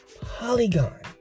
Polygon